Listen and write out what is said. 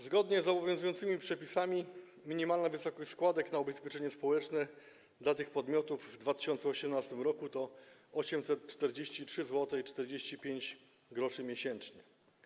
Zgodnie z obowiązującymi przepisami minimalna wysokość składek na ubezpieczenie społeczne dla tych podmiotów w 2018 r. to 843,45 zł miesięcznie.